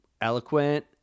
eloquent